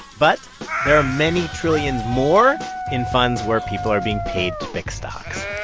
but there are many trillions more in funds where people are being paid to pick stocks.